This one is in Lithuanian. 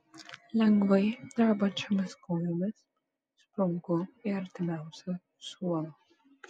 lengvai drebančiomis kojomis sprunku į artimiausią suolą